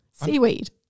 Seaweed